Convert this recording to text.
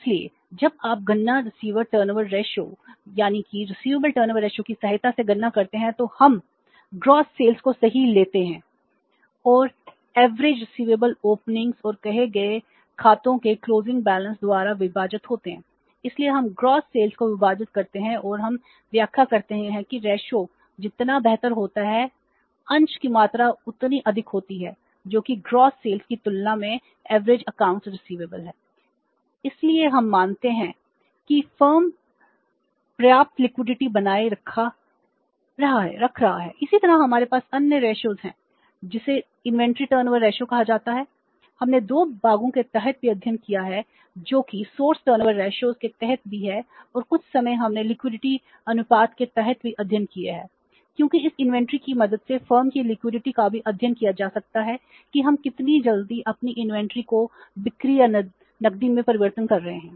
इसलिए हम मानते हैं कि फर्म पर्याप्त लिक्विडिटीको बिक्री या नकदी में परिवर्तित कर रहे हैं